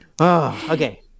Okay